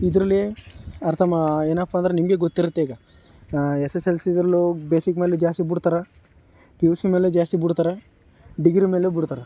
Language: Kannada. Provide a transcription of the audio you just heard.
ಇದ್ರಲ್ಲಿ ಅರ್ಥ ಮಾ ಏನಪ್ಪ ಅಂದ್ರೆ ನಿಮಗೆ ಗೊತ್ತಿರುತ್ತೆ ಈಗ ಎಸ್ ಎಸ್ ಎಲ್ ಸಿದಲ್ಲೂ ಬೇಸಿಕ್ ಮೇಲು ಜಾಸ್ತಿ ಬಿಡ್ತಾರ ಪಿ ಯು ಸಿ ಮೇಲೂ ಜಾಸ್ತಿ ಬಿಡ್ತಾರ ಡಿಗ್ರಿ ಮೇಲೂ ಬಿಡ್ತಾರ